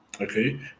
okay